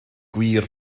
gwir